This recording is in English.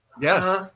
Yes